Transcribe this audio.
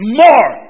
more